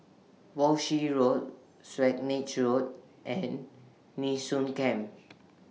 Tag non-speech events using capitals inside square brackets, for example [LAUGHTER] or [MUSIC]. Walshe Road [UNINTELLIGIBLE] Road and Nee Soon Camp